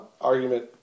argument